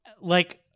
Like-